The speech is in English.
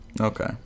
Okay